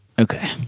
Okay